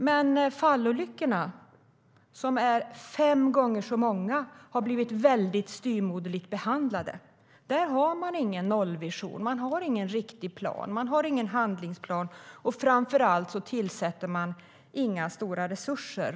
Men fallolyckorna, som är fem gånger så många, har blivit styvmoderligt behandlade. Där finns ingen nollvision, ingen riktig handlingsplan, och framför allt tillförs inga stora resurser.